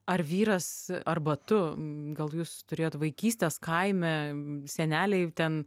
ar vyras arba tu gal jūs turėjot vaikystes kaime seneliai ten